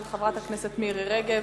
של חברת הכנסת מירי רגב,